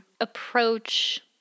approach